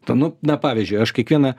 to nu na pavyzdžiui aš kiekvieną